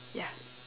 ya